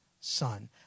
son